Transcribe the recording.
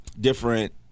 different